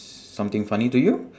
something funny to you